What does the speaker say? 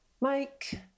Mike